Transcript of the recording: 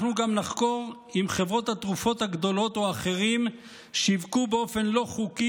אנחנו גם נחקור אם חברות התרופות הגדולות או אחרים שיווקו באופן לא חוקי